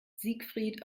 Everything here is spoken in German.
siegfried